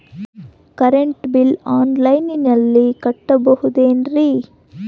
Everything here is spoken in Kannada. ಕರೆಂಟ್ ಬಿಲ್ಲು ಆನ್ಲೈನಿನಲ್ಲಿ ಕಟ್ಟಬಹುದು ಏನ್ರಿ?